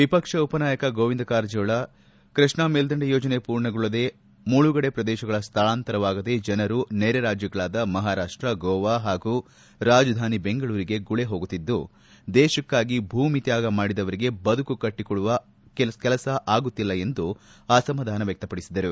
ವಿಪಕ್ಷ ಉಪನಾಯಕ ಗೋವಿಂದ ಕಾರಜೋಳ ಕೃಷ್ಣಾ ಮೇಲ್ದಂಡೆ ಯೋಜನೆ ಪೂರ್ಣಗೊಳ್ಳದೆ ಮುಳುಗಡೆ ಪ್ರದೇಶಗಳ ಸ್ಥಳಾಂತರವಾಗದೆ ಜನರು ನೆರೆರಾಜ್ಯಗಳಾದ ಮಹಾರಾಷ್ಟ ಗೋವಾ ಹಾಗೂ ರಾಜಧಾನಿ ಬೆಂಗಳೂರಿಗೆ ಗುಳೇ ಹೋಗುತ್ತಿದ್ದು ದೇಶಕ್ಕಾಗಿ ಭೂಮಿ ತ್ಯಾಗ ಮಾಡಿದವರಿಗೆ ಬದುಕು ಕಟ್ಟಕೊಡುವ ಕೆಲಸ ಆಗುತ್ತಿಲ್ಲ ಅಸಮಾಧಾನ ವ್ವಕ್ತಪಡಿಸಿದರು